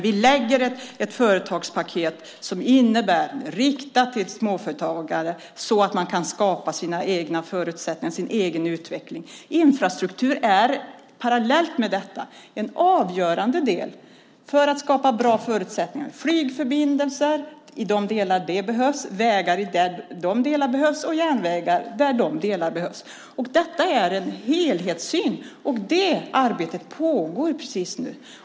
Vi lägger fram ett företagspaket som är riktat till småföretagare så att de kan skapa sina egna förutsättningar och egen utveckling. Infrastruktur är parallellt med detta en avgörande del för att skapa bra förutsättningar. Det handlar om flygförbindelser i de delar det behövs, vägar i de delar det behövs och järnvägar i de delar det behövs. Det är en helhetssyn. Det arbetet pågår precis nu.